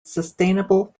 sustainable